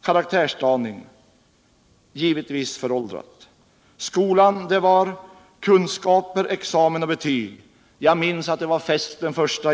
karaktärsdaning. Givetvis föräldra! Skolan det var kunskaper, examen och betyg.